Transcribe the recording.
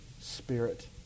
spirit